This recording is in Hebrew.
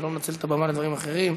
ולא מנצל את הבמה לדברים אחרים.